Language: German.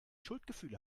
schuldgefühle